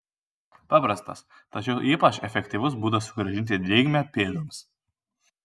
paprastas tačiau ypač efektyvus būdas sugrąžinti drėgmę pėdoms